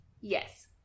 Yes